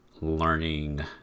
learning